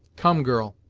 come, girl,